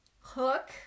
hook